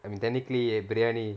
I mean technically biryani